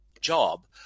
job